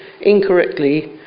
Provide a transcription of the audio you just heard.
incorrectly